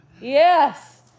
yes